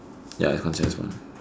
ya it's considered as one